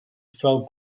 fell